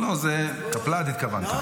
קפל"ד התכוונת.